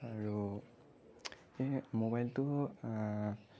আৰু ম'বাইলটো